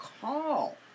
call